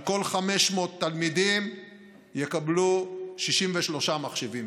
על כל 500 תלמידים יקבלו 63 מחשבים,